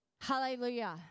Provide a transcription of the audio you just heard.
Hallelujah